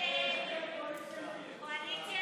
ההסתייגות (2) של חבר הכנסת